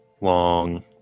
long